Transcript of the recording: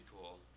cool